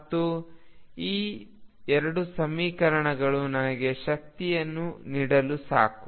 ಮತ್ತು ಈ ಎರಡು ಸಮೀಕರಣಗಳು ನನಗೆ ಶಕ್ತಿಯನ್ನು ನೀಡಲು ಸಾಕು